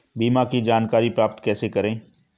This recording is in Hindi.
बीमा की जानकारी प्राप्त कैसे करें?